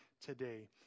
today